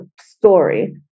story